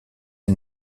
est